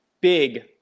big